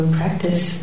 practice